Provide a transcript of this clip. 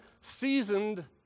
seasoned